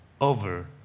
over